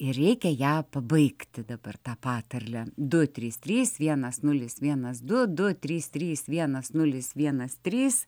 ir reikia ją pabaigti dabar tą patarlę du trys trys vienas nulis vienas du du trys trys vienas nulis vienas trys